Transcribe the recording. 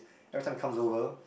everytime he comes over